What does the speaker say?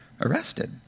arrested